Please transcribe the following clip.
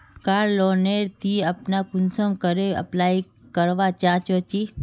कार loan नेर ती अपना कुंसम करे अप्लाई करवा चाँ चची?